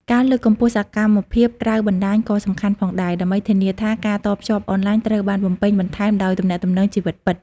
ការលើកកម្ពស់សកម្មភាពក្រៅបណ្តាញក៏សំខាន់ផងដែរ ដើម្បីធានាថាការតភ្ជាប់អនឡាញត្រូវបានបំពេញបន្ថែមដោយទំនាក់ទំនងជីវិតពិត។